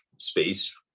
space